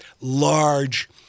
large